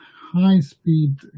high-speed